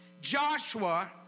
Joshua